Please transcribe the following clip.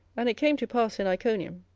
and it came to pass in iconium,